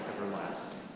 everlasting